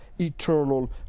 eternal